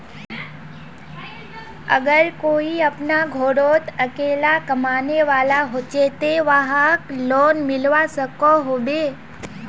अगर कोई अपना घोरोत अकेला कमाने वाला होचे ते वाहक लोन मिलवा सकोहो होबे?